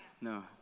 no